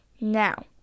Now